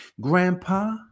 grandpa